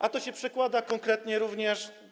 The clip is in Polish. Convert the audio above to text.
A to się przekłada konkretnie również.